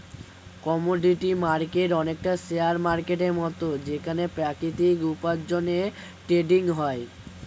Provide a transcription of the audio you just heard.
commodity market অনেকটা share মার্কেটের মত যেখানে প্রাকৃতিক উপার্জনের ট্রেডিং হয়